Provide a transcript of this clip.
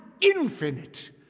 infinite